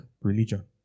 religion